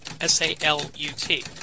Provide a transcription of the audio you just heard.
S-A-L-U-T